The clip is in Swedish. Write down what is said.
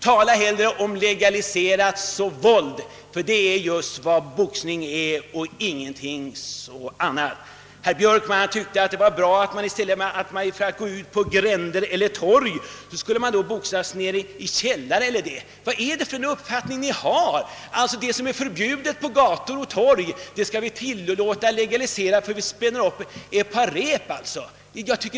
Tala om legaliserat våld — det, och ingenting annat, är vad boxning är. Herr Björkman tyckte det var bra att man boxas under ordnade former i stället för att göra det i gränder eller på torg. Vad är det för uppfattning, att det som är förbjudet på gator och torg skall legaliseras om man spänner upp ett par rep i en källare?